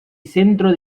centro